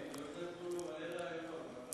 את נותנת מלא רעיונות.